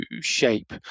shape